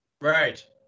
Right